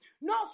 No